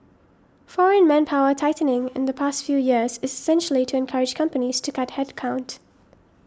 foreign manpower tightening in the past few years is essentially to encourage companies to cut headcount